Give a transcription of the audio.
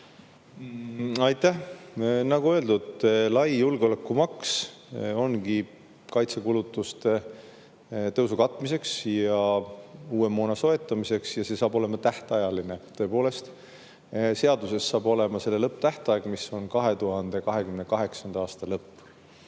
Aitäh! Nagu öeldud, lai julgeolekumaks ongi kaitsekulutuste tõusu katmiseks ja uue moona soetamiseks ja see saab olema tähtajaline. Tõepoolest, seaduses saab olema selle lõpptähtaeg 2028. aasta lõpp.